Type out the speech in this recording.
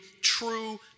true